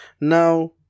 Now